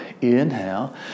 inhale